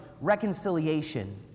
reconciliation